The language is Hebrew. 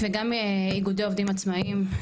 וגם איגודי עובדים עצמאיים,